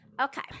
Okay